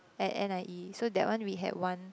at N_I_E so that one we had one